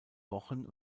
wochen